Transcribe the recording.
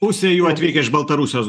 pusė jų atvykę iš baltarusijos